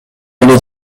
эле